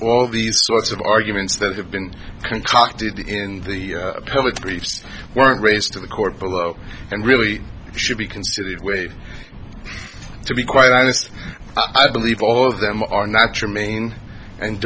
all these sorts of arguments that have been concocted in the appellate briefs were raised to the court below and really should be considered way to be quite honest i believe all of them are not trimming and